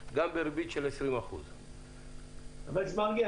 גם בריבית של 20%. חבר הכנסת מרגי,